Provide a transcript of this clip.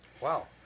wow